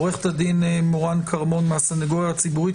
עורכת הדין מורן כרמון מהסניגוריה הציבורית,